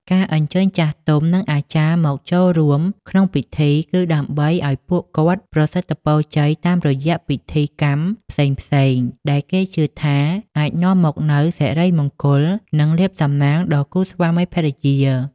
ការអញ្ជើញចាស់ទុំ និងអាចារ្យមកចូលរួមក្នុងពិធី គឺដើម្បីឱ្យពួកគាត់ប្រសិទ្ធិពរជ័យតាមរយៈពិធីកម្មផ្សេងៗ ដែលគេជឿថាអាចនាំមកនូវសិរីមង្គល និងលាភសំណាងដល់គូស្វាមីភរិយា ។